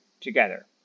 together